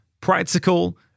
practical